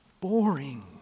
boring